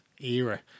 era